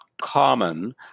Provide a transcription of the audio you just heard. common